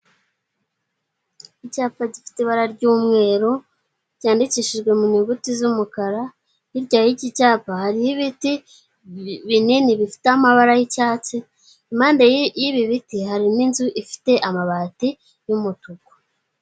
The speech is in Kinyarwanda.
Icyapa gifite ibara ry'umweru cyandikishijwe mu nyuguti z'umukara, hirya y'iki cyapa hari ibiti binini bifite amabara y'icyatsi, impande y'ibi biti hari n'inzu ifite amabati y'umutuku.